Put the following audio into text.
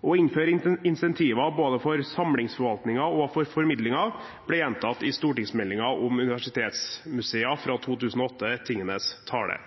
Å innføre insentiver både for samlingsforvaltningen og for formidlingen ble gjentatt i stortingsmeldingen om universitetsmuseer fra 2008, Tingenes tale.